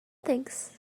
thanks